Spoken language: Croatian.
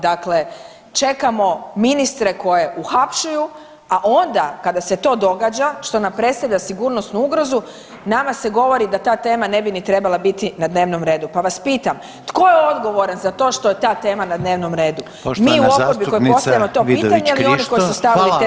Dakle, čekamo ministre koje uhapšuju, a onda kada se to događa, što nam predstavlja sigurnosnu ugrozu, nama se govori da ta tema ne bi ni trebala biti na dnevnom redu, pa vas pitam, tko je odgovoran za to što je ta tema na dnevnom redu? [[Upadica: Poštovana zastupnica Vidović Krišto.]] Mi u oporbi koji postavljamo to pitanje ili oni koji su stavili te